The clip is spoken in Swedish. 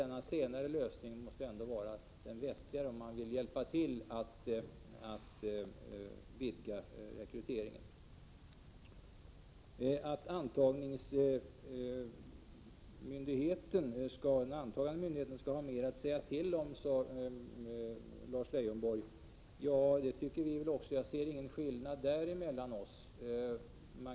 Denna senare lösning måste vara den vettigare, om man vill hjälpa till att vidga rekryteringen. Den antagande myndigheten skall ha mer att säga till om, sade Lars Leijonborg. Ja, det tycker vi också, och jag ser ingen skillnad mellan oss 21 Prot. 1987/88:130 «därvidlag.